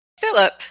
Philip